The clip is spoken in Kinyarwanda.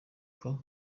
uwo